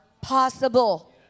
possible